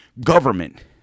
government